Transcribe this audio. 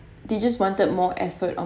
they just wanted more effort on